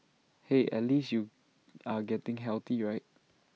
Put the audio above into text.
hey at least you are getting healthy right